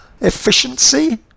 efficiency